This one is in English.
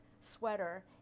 sweater